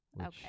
okay